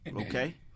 Okay